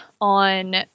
on